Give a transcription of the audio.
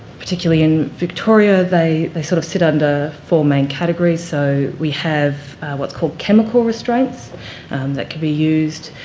particularly in victoria, they they sort of sit under four main categories. so we have what's called chemical restraints that can be used